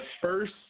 first